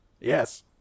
Yes